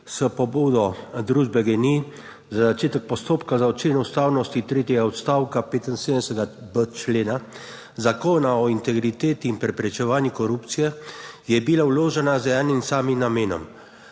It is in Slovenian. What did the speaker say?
s pobudo družbe GEN-I za začetek postopka za oceno ustavnosti tretjega odstavka 75.b člena Zakona o integriteti in preprečevanju korupcije je bila vložena z enim samim namenom: